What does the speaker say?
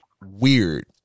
weird